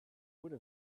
would